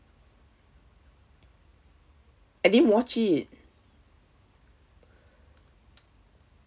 I didn't watch it